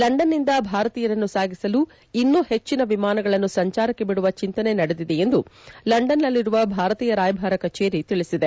ಲಂಡನ್ನಿಂದ ಭಾರತೀಯರನ್ನು ಸಾಗಿಸಲು ಇನ್ನೂ ಹೆಚ್ಚಿನ ವಿಮಾನಗಳನ್ನು ಸಂಚಾರಕ್ಕೆ ಬಿಡುವ ಚಿಂತನೆ ನಡೆದಿದೆ ಎಂದು ಲಂಡನ್ನಲ್ಲಿರುವ ಭಾರತೀಯ ರಾಯಭಾರ ಕಚೇರಿ ತಿಳಿಸಿದೆ